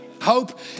Hope